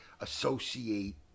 associate